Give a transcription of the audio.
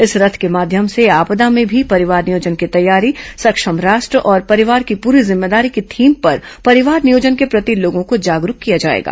इस रथ के माध्यम से आपदा में भी परिवार नियोजन की तैयारी सक्षम राष्ट्र और परिवार की पूरी जिम्मेदारी की थीम पर परिवार नियोजन के प्रति लोगों को जागरूक किया जाएगा